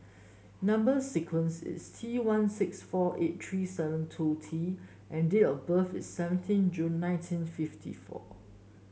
number sequence is T one six four eight three seven two T and date of birth is seventeen June nineteen fifty four